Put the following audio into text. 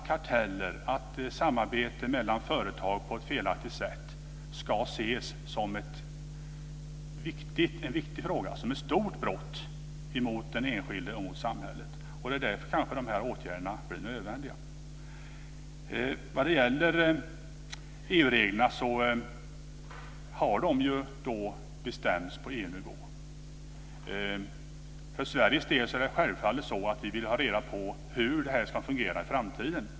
Karteller, samarbete mellan företag på ett felaktigt sätt, ska ses som något viktigt, som ett stort brott mot den enskilde och mot samhället. Det är därför de här åtgärderna kanske blir nödvändiga. EU-reglerna har ju bestämts på EU-nivå. För Sveriges del är det självfallet så att vi vill ha reda på hur det här ska fungera i framtiden.